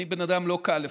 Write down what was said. אני בן אדם לא קל לפעמים,